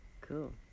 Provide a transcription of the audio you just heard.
cool